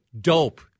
dope